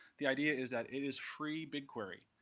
the idea is that it is free bigquery,